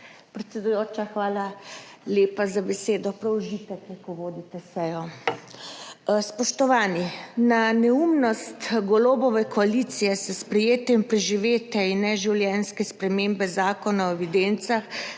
Predsedujoča, hvala lepa za besedo. Prav užitek je, ko vodite sejo. Spoštovani, na neumnost Golobove koalicije s sprejetjem preživete in neživljenjske spremembe Zakona o evidencah